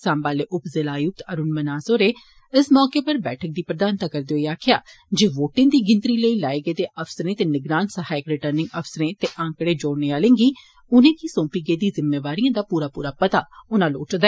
साम्बा आले उप जिला आयुक्त अरुण मन्हास होरें इस मौके उप्पर बैठक दी प्रधानता करदे आक्खेआ जे वोटे दी शिनतरी लेई लाए शेदे अफसर ते नि रान सहायक रिटर्नि अफसर ते आंकड़े जोड़ने आले ी उनें ी सौंपी ेदी जिम्मेवारियें दा पूरा पता होना लोड़चदा